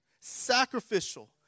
sacrificial